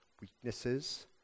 weaknesses